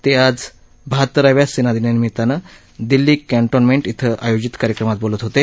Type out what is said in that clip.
ते आज बहातराव्या सेनादिनानिमित्त दिल्ली कॅन्टोन्मेंट इथं आयोजित कार्यक्रमा बोलत होते